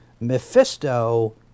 Mephisto